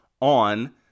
on